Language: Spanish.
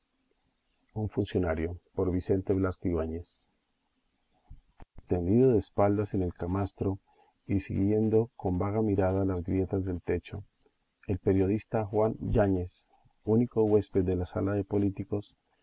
un funcionario tendido de espaldas en el camastro y siguiendo con vaga mirada las grietas del techo el periodista juan yáñez único huésped de la sala de políticos